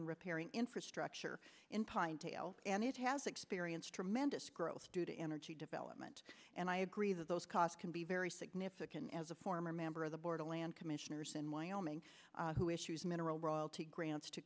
and repairing infrastructure in pinedale and it has experienced tremendous growth due to energy development and i agree that those costs can be very significant as a former member of the board of land commissioners in wyoming who issues mineral royalty grants to